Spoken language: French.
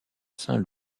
saint